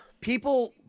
people